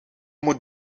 moet